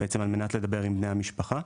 על מנת לדבר עם בני המשפחה.